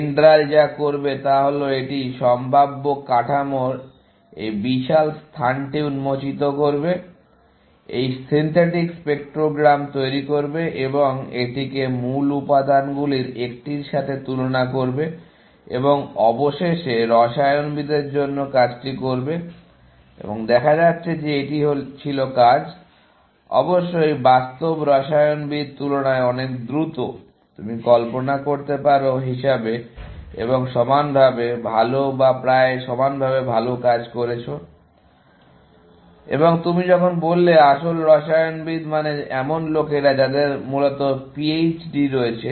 Dendral যা করবে তা হল এটি সমস্ত সম্ভাব্য কাঠামোর এই বিশাল স্থানটি উন্মোচিত করবে এই সিনথেটিক স্পেক্ট্রোগ্রাম তৈরি করবে এবং এটিকে মূল উপাদানগুলির একটির সাথে তুলনা করবে এবং অবশেষে রসায়নবিদদের জন্য কাজটি করবে এবং দেখা যাচ্ছে যে এটি ছিল কাজ অবশ্যই বাস্তব রসায়নবিদ তুলনায় অনেক দ্রুত তুমি কল্পনা করতে পারো হিসাবে এবং সমানভাবে ভাল বা প্রায় সমানভাবে ভাল করেছো এবং তুমি যখন বললে আসল রসায়নবিদ মানে এমন লোকেরা যাদের মূলত পিএইচডি রয়েছে